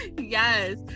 Yes